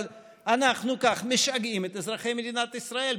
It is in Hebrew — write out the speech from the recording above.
אבל אנחנו משגעים כך את אזרחי מדינת ישראל,